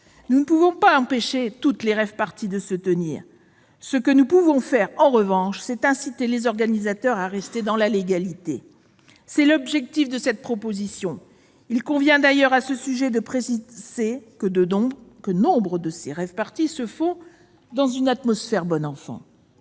Nous ne pouvons pas empêcher toutes les rave-parties de se tenir. Ce que nous pouvons faire, en revanche, c'est inciter les organisateurs à rester dans la légalité. C'est l'objectif de cette proposition de loi. À cet égard, il convient d'ailleurs de préciser que nombre de ces rave-parties se déroulent dans une atmosphère bon enfant.